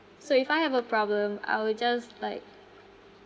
so if I have a problem I will just like